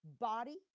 body